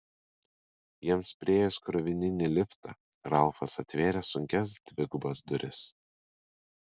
jiems priėjus krovininį liftą ralfas atvėrė sunkias dvigubas duris